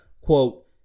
quote